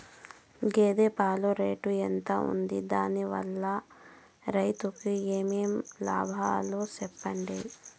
గేదె పాలు రేటు ఎంత వుంది? దాని వల్ల రైతుకు ఏమేం లాభాలు సెప్పండి?